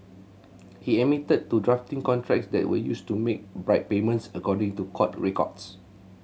he admitted to drafting contracts that were used to make bribe payments according to court records